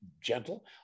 gentle